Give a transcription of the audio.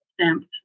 Stamped